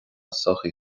sochaí